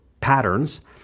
patterns